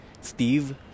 Steve